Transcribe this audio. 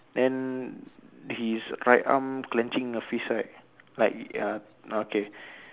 then his right arm clenching a fist right like err okay